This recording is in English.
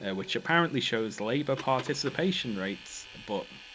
and which apparently, shows labor participation rates, but.